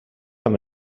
amb